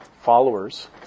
followers